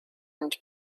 and